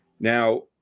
Now